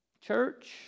church